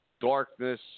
Darkness